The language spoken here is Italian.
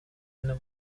hanno